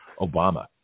Obama